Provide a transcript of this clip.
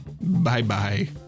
Bye-bye